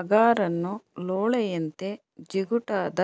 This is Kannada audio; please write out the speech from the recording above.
ಅಗಾರನ್ನು ಲೋಳೆಯಂತೆ ಜಿಗುಟಾದ